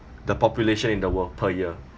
the population in the world per year